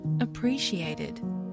appreciated